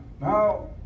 now